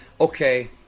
Okay